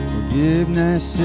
Forgiveness